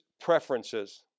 preferences